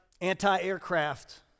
anti-aircraft